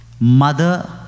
Mother